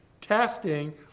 testing